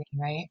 right